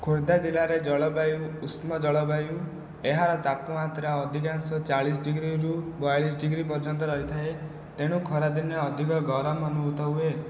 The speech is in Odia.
ଖୋର୍ଦ୍ଧା ଜିଲ୍ଲାରେ ଜଳବାୟୁ ଉଷ୍ମ ଜଳବାୟୁ ଏହାର ତାପମାତ୍ରା ଅଧିକାଂଶ ଚାଳିଶ ଡିଗ୍ରୀରୁ ବୟାଲିଶ ଡିଗ୍ରୀ ପର୍ଯ୍ୟନ୍ତ ରହିଥାଏ ତେଣୁ ଖରାଦିନେ ଅଧିକ ଗରମ ଅନୁଭୂତ ହୁଏ